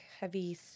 heavy